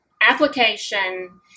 application